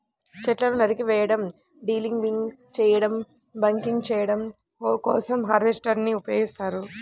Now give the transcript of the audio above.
చెట్లను నరికివేయడం, డీలింబింగ్ చేయడం, బకింగ్ చేయడం కోసం హార్వెస్టర్ ని ఉపయోగిస్తారు